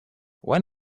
when